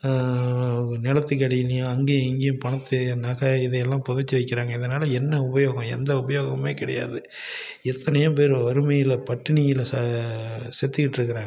நிலத்துக்கு அடியிலையும் அங்கேயும் இங்கேயும் பணத்தை நக இதையெல்லாம் புதச்சி வைக்கறாங்க இதனால என்ன உபயோகம் எந்த உபயோகமுமே கிடையாது எத்தனையோ பேர் வறுமையில் பட்டினியில் ச செத்துகிட்டிருக்கறாங்க